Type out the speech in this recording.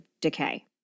decay